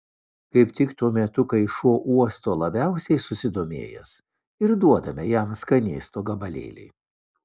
kaip tik tuo metu kai šuo uosto labiausiai susidomėjęs ir duodame jam skanėsto gabalėlį